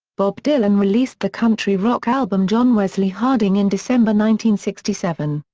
bob dylan released the country rock album john wesley harding in december one sixty seven.